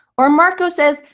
or marco says,